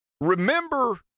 Remember